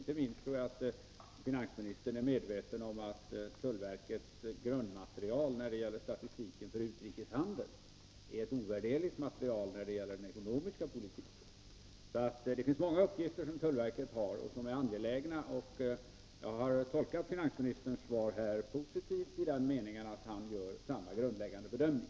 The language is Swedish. Inte minst är tullverkets grundmaterial för statistiken över utrikeshandeln ovärderligt när det gäller den ekonomiska politiken. Så tullverket har många angelägna uppgifter. Jag har tolkat finansministerns svar positivt i den meningen att han gör samma grundläggande bedömning.